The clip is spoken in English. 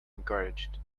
encouraged